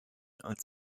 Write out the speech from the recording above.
als